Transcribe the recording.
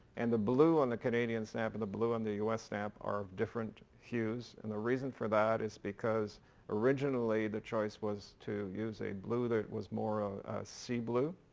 and the blue on the canadian stamp and the blue on the u s. stamp are of different hues. and the reason for that is because originally the choice was to use a blue that was more a sea blue,